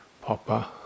papa